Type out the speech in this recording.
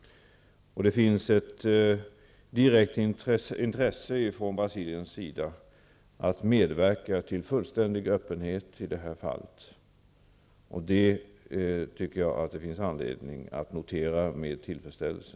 Det finns ett direkt intresse från Brasiliens sida att medverka till fullständig öppenhet i detta fall. Det tycker jag finns anledning att notera med tillfredsställelse.